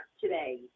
today